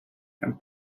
and